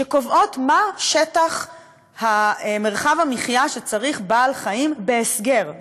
שקובעות מה שטח מרחב המחיה שצריך בעל-חיים בהסגר,